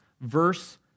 Verse